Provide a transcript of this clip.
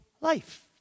life